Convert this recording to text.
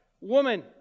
woman